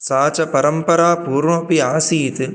सा च परम्परा पूर्वमपि आसीत्